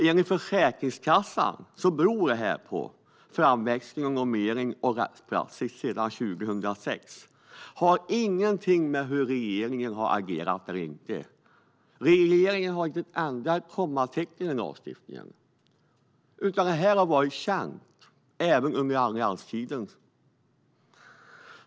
Enligt Försäkringskassan beror kostnadsökningen på framväxten av normering och rättspraxis sedan 2006. Det har ingenting att göra med hur regeringen har agerat eller inte. Regeringen har inte ändrat ett kommatecken i lagstiftningen. Det här har varit känt, även under allianstiden.